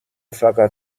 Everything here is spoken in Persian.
فقط